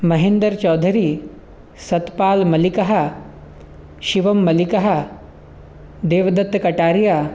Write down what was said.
महिन्दर् चौधरी सत्पाल् मल्लिकः शिवं मल्लिकः देवदत्तकटारिया